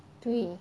对